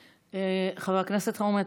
חבר הכנסת אלחרומי,